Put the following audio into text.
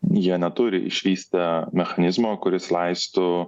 jie neturi išvystę mechanizmo kuris leistų